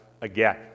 again